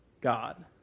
God